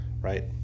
right